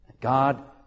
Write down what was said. God